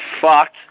fucked